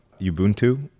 Ubuntu